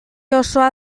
osoa